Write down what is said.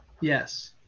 yes